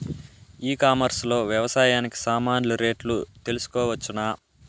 ఈ కామర్స్ లో వ్యవసాయానికి సామాన్లు రేట్లు తెలుసుకోవచ్చునా?